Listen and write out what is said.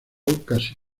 casi